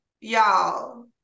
Y'all